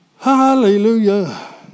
Hallelujah